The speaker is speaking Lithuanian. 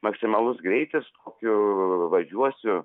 maksimalus greitis kokiu važiuosiu